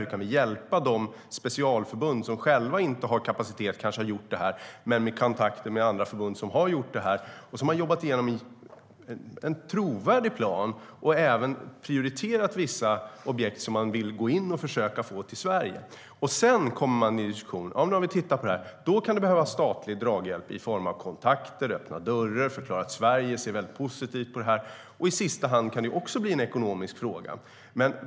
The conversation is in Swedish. Hur kan vi hjälpa de specialförbund som själva inte har kapacitet och kanske inte har gjort detta men som kan ta kontakter med andra förbund som gjort det? De har jobbat igenom en trovärdig plan och även prioriterat vissa objekt som de vill gå in och försöka få till Sverige. När man har tittat på det kan det behövas statlig draghjälp i form av kontakter, att öppna dörrar och förklara att Sverige ser väldigt positivt på det. Och i sista hand kan det också bli en ekonomisk fråga.